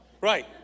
Right